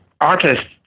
artist